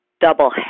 double